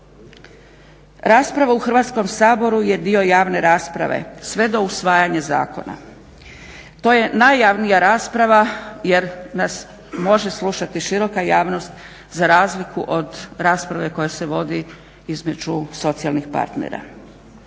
Raspravu u Hrvatskom saboru je dio javne rasprave sve do usvajanja zakona. To je najjavnija rasprava jer nas može slušati široka javnost za razliku od rasprave koja se vodi između socijalnih partera.